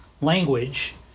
language